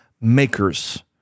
makers